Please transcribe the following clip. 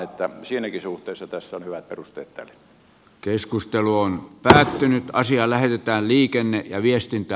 eli siinäkin suhteessa tässä on hyvät perusteet tälle